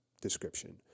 description